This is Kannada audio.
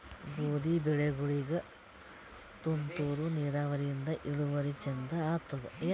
ಗೋಧಿ ಬೆಳಿಗೋಳಿಗಿ ತುಂತೂರು ನಿರಾವರಿಯಿಂದ ಇಳುವರಿ ಚಂದ ಆತ್ತಾದ?